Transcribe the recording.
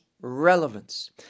relevance